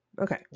okay